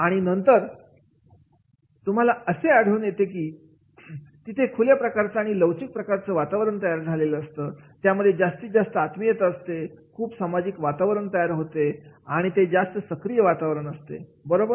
आणि नंतर तुम्हाला असे आठवण येते की तिथे खुल्या प्रकारचं आणि लवचिक प्रकारचं वातावरण तयार झालेलं असतं त्यामध्ये जास्तीत जास्त आत्मीयता असते खूप सामाजिक वातावरण तयार होते आणि ते जास्त सक्रिय वातावरण असते बरोबर